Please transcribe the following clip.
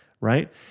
right